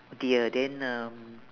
oh dear then um